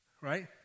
Right